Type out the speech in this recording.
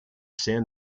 san